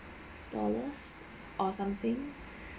dollars or something